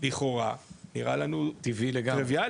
לכאורה נראה לנו טבעי נורא,